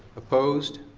opposed?